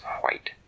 white